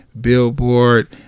Billboard